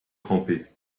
trempé